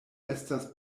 estas